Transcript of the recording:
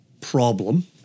problem